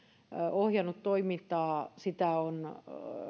ohjannut toimintaa ja sitä on